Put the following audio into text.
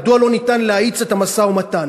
מדוע לא ניתן להאיץ את המשא-ומתן.